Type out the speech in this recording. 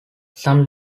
some